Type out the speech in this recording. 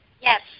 Yes